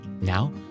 Now